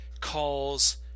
calls